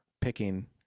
picking